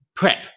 prep